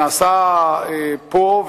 נעשה פה,